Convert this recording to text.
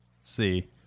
see